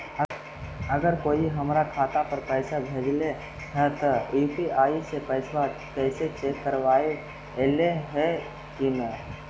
अगर कोइ हमर खाता पर पैसा भेजलके हे त यु.पी.आई से पैसबा कैसे चेक करबइ ऐले हे कि न?